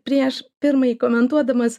prieš pirmai komentuodamas